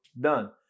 Done